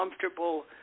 comfortable